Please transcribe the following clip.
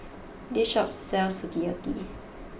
this shop sells Sukiyaki